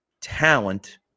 talent